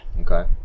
Okay